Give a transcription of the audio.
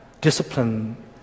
discipline